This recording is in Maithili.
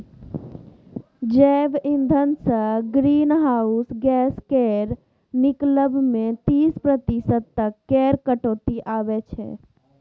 जैब इंधनसँ ग्रीन हाउस गैस केर निकलब मे तीस प्रतिशत तक केर कटौती आबय छै